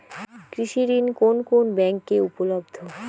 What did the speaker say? কৃষি ঋণ কোন কোন ব্যাংকে উপলব্ধ?